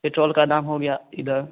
petrol का दाम हो गया इधर